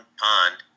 pond